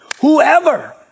Whoever